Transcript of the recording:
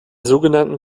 sogenannten